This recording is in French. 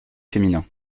féminin